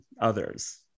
others